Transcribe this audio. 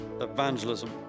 evangelism